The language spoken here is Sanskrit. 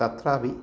तत्रापि